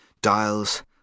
dials